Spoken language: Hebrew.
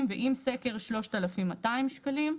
ועם סקר - 3,200 שקלים.